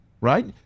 right